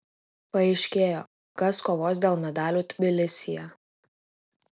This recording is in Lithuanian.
paaiškėjo kas kovos dėl medalių tbilisyje